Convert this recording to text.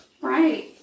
Right